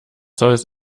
solls